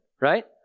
right